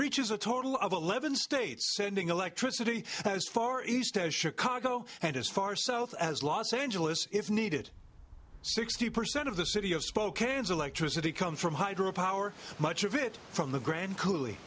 reaches a total eleven states sending electricity as far east as chicago and as far south as los angeles if needed sixty percent of the city of spokane's electricity comes from hydro power much of it from the grand c